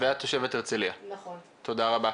תודה רבה.